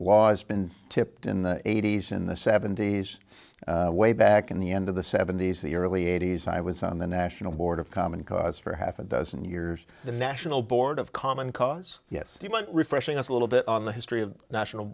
laws been tipped in the eighty's in the seventy's way back in the end of the seventy's the early eighty's i was on the national board of common cause for half a dozen years the national board of common cause yes you might refreshing us a little bit on the history of national